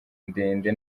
ndende